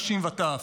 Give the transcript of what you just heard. נשים וטף.